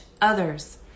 others